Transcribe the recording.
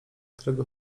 którego